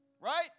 Right